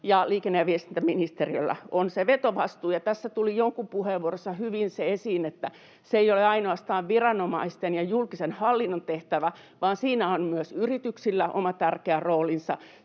liikenne- ja viestintäministeriöllä on se vetovastuu. Tässä tuli jonkun puheenvuorossa hyvin esiin se, että se ei ole ainoastaan viranomaisten ja julkisen hallinnon tehtävä, vaan siinä on myös yrityksillä oma tärkeä roolinsa,